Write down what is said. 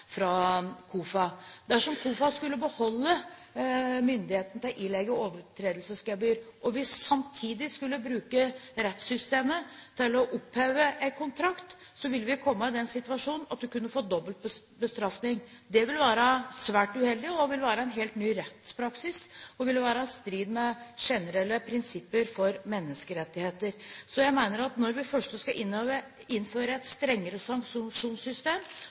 fra dem. Dersom KOFA skulle beholde myndigheten til å ilegge overtredelsesgebyr, og vi samtidig skulle bruke rettssystemet til å oppheve en kontrakt, ville vi komme i den situasjon at en kunne få dobbelt straff. Det ville være svært uheldig, det ville være en helt ny rettspraksis, og det ville være i strid med generelle prinsipper for menneskerettigheter. Så jeg mener at når vi først skal innføre et strengere sanksjonssystem,